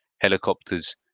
helicopters